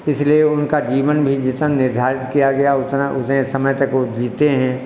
इसीलिए उनका जीवन भी जितना निर्धारित किया गया उतना उतने समय तक वह जीते हैं